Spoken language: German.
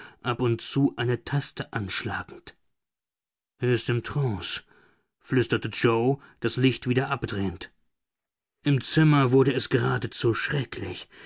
ab und zu eine taste anschlagend er ist im trance flüsterte yoe das licht wieder abdrehend im zimmer wurde es geradezu schrecklich